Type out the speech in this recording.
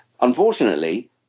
unfortunately